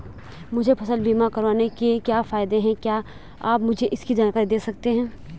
मुझे फसल बीमा करवाने के क्या फायदे हैं क्या आप मुझे इसकी जानकारी दें सकते हैं?